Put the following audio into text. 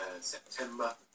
September